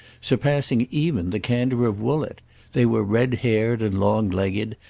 surpassing even the candour of woollett they were red-haired and long-legged,